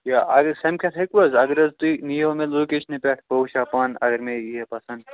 یہِ آزے سَمکھتھ ہیٚکہِ وۄنۍ حظ اگر حظ تُہۍ نِیو مےٚ لوکیشنہِ پٮ۪ٹھ بہٕ وُچھ ہا پانہٕ اگر مےٚ یِی ہے پسنٛد